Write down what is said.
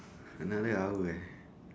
another hour eh